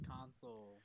console